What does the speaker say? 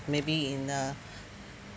maybe in uh